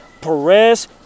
Perez